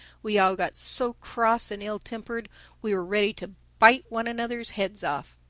we all got so cross and ill-tempered we were ready to bite one another's heads off.